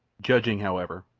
judging, however,